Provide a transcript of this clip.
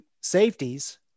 safeties